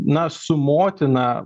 na su motina